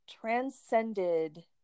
transcended